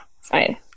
fine